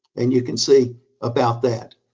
and you can see about that.